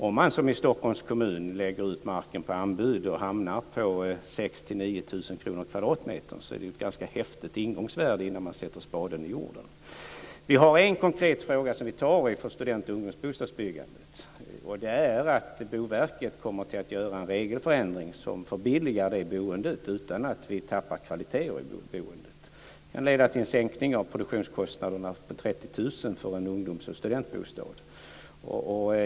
Om man, som i Stockholms kommun, lägger ut marken på anbud och hamnar på 6 000-9 000 kr per kvadratmeter är det ett ganska häftigt ingångsvärde innan man sätter spaden i jorden. Vi har en konkret fråga som vi arbetar med när det gäller student och ungdomsbostadsbyggandet. Det är att Boverket kommer att göra en regelförändring som förbilligar det boendet utan att vi tappar kvalitet i boendet. Det kan leda till en sänkning av produktionskostnaderna på 30 000 kr för en ungdoms och studentbostad.